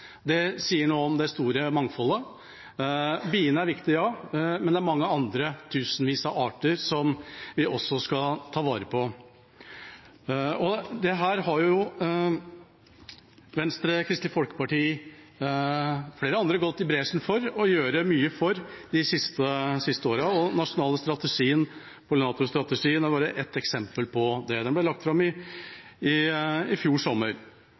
Det sier noe om det store mangfoldet. Biene er viktig – ja. Men det er mange andre, tusenvis av arter, som vi også skal ta vare på. Dette har Venstre og Kristelig Folkeparti og flere andre gått i bresjen for å gjøre mye for de siste åra. Den nasjonale strategien, pollinatorstrategien, er bare ett eksempel på det. Den ble lagt fram i fjor sommer.